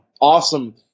awesome